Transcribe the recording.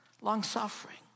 Long-suffering